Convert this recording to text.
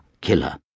killer